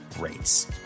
rates